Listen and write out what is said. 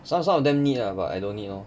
some some of them need lah but I don't need lor